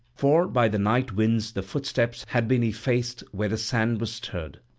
for by the night winds the footsteps had been effaced where the sand was stirred.